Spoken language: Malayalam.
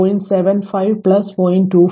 75 പ്ലസ് 0